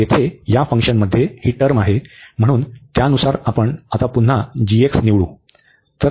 तर येथे या फंक्शनमध्ये ही टर्म आहे म्हणून त्यानुसार आपण आता पुन्हा निवडू